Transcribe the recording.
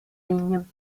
lignes